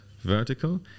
vertical